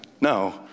No